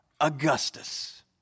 Augustus